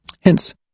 Hence